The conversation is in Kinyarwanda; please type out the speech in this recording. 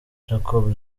jacob